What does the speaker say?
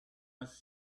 was